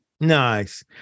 Nice